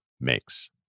makes